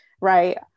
right